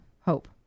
hope